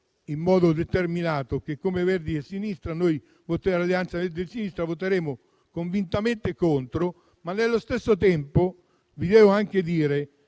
in modo determinato che noi, come Alleanza Verdi e Sinistra, voteremo convintamente contro. Nello stesso tempo, vi devo anche dire